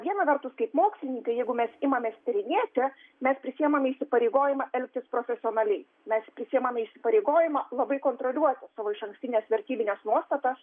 viena vertus kaip mokslininkai jeigu mes imamės tyrinėti mes prisiimam įsipareigojimą elgtis profesionaliai mes prisiimam įsipareigojimą labai kontroliuoti savo išankstines vertybines nuostatas